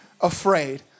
afraid